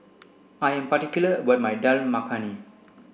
I am particular about my Dal Makhani